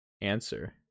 answer